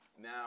Now